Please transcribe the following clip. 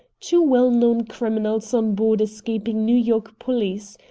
two well-known criminals on board escaping new york police.